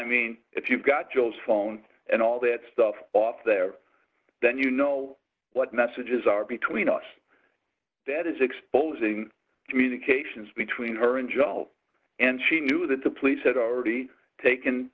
mean if you've got jill's phone and all that stuff off there then you know what messages are between us that is exposing communications between her and john and she knew that the police had already taken